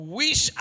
wish